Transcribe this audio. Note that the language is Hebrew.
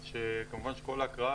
-- אז כמובן בהקראה,